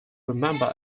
remember